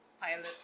pilot